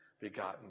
begotten